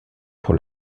pour